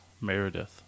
Meredith